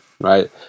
right